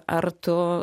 ar tu